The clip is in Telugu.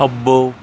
అబ్బో